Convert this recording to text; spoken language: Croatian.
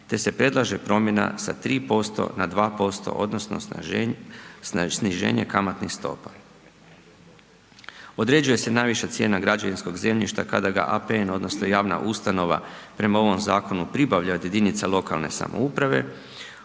te se predlaže promjena sa 3% na 2% odnosno sniženje kamatnih stopa. Određuje se najviša cijena građevinskog zemljišta kada ga APN odnosno javna ustanova prema ovom zakonu pribavlja od jedinica lokalne samouprave,